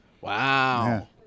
Wow